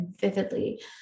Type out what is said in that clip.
vividly